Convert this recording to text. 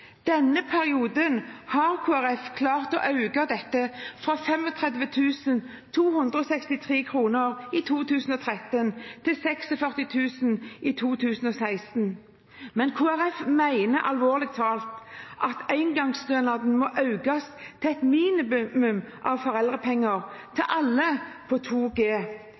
Denne perioden har Kristelig Folkeparti klart å øke dette beløpet fra 35 263 kr i 2013 til 46 000 kr i 2016. Men Kristelig Folkeparti mener, alvorlig talt, at engangsstøtten må økes til et minimum av foreldrepenger – til alle – på 2 G.